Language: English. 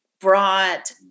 brought